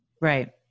Right